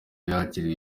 yakiriwe